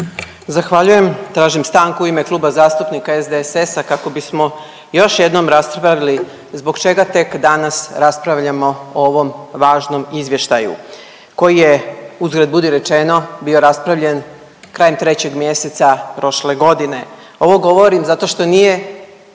Zahvaljujem. Tražim stanku u ime Kluba zastupnika SDSS-a kako bismo još jednom raspravili zbog čega tek danas raspravljamo o ovom važnom izvještaju koji je uzgred budi rečeno bio raspravljen krajem 3. mjeseca prošle godine. Ovo govorim zato što nije